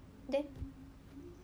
then